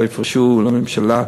לא יפרשו מהממשלה,